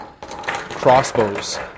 crossbows